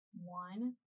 one